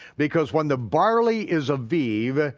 because when the barley is aviv,